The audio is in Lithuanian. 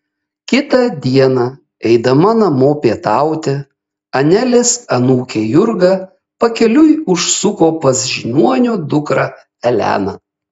kitą dieną eidama namo pietauti anelės anūkė jurga pakeliui užsuko pas žiniuonio dukrą eleną